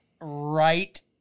right